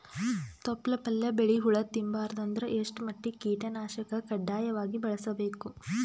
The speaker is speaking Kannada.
ತೊಪ್ಲ ಪಲ್ಯ ಬೆಳಿ ಹುಳ ತಿಂಬಾರದ ಅಂದ್ರ ಎಷ್ಟ ಮಟ್ಟಿಗ ಕೀಟನಾಶಕ ಕಡ್ಡಾಯವಾಗಿ ಬಳಸಬೇಕು?